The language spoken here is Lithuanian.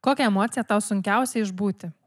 kokią emociją tau sunkiausia išbūti